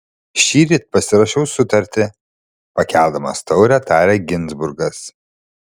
šįryt pasirašiau sutartį pakeldamas taurę tarė ginzburgas